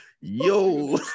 Yo